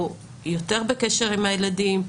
יותר בקשר עם הילדים,